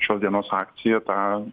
šios dienos akcija tą